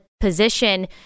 position